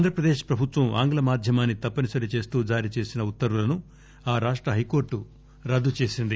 ఆంధ్రప్రదేశ్ ప్రభుత్వం ఆంగ్ల మాధ్యమాన్ని తప్పనిసరి చేస్తూ జారీ చేసిన ఉత్తర్వులను ఆ రాష్ట హైకోర్టు రద్దు చేసింది